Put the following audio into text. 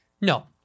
No